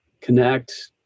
connect